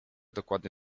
dokładnie